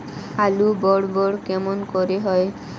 আলু বড় বড় কেমন করে হয়?